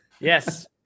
Yes